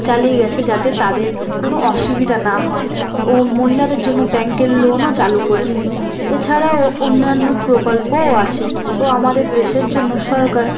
চালিয়ে গেছে যাতে তাদের কোনো অসুবিধা না হয় ও মহিলাদের জন্য ব্যাংকের লোনও চালু করেছেন এছাড়াও অন্যান্য প্রকল্পও আছে ও আমাদের দেশের জন্য সরকার